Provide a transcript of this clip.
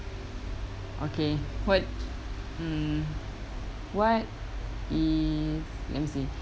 okay what mm what is let me see